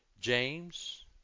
James